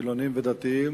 חילונים ודתיים,